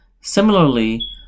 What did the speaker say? Similarly